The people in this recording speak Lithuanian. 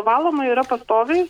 valoma yra pastoviai